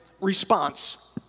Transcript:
response